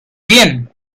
bien